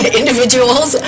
individuals